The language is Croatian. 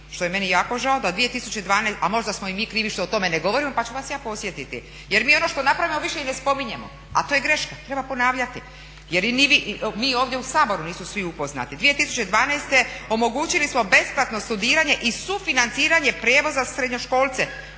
što je meni jako žao da 2012. a možda smo i mi krivi što o tome ne govorimo, pa ću vas ja podsjetiti, jer mi ono što napravimo više i ne spominjemo a to je greška. Treba ponavljati, jer ni mi ovdje u Saboru nisu svi upoznati. 2012. omogućili smo besplatno studiranje i sufinanciranje prijevoza srednjoškolce